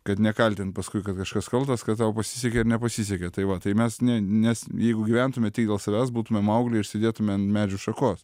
kad nekaltint paskui kad kažkas kaltas kad tau pasisekė ar nepasisekė tai va tai mes ne nes jeigu gyventume tik dėl savęs būtumėm maugliai ir sėdėtumėm ant medžių šakos